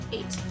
Eight